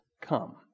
come